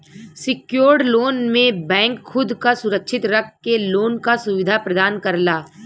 secured loan में bank खुद क सुरक्षित रख के लोन क सुविधा प्रदान करला